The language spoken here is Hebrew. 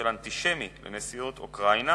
לנשיאות באוקראינה